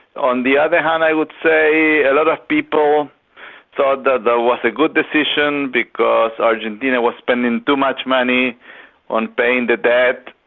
on the other hand i would say a lot of people thought that it was a good decision because argentina was spending too much money on paying the debt,